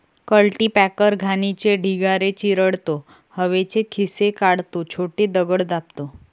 cultipacker घाणीचे ढिगारे चिरडतो, हवेचे खिसे काढतो, छोटे दगड दाबतो